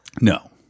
No